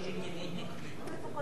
חדר עישון זה מאוד מחניק.